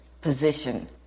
position